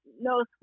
no